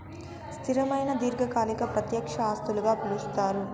స్థిరమైన దీర్ఘకాలిక ప్రత్యక్ష ఆస్తులుగా పిలుస్తారు